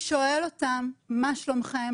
על הסיעוד, על הפרא-רפואי.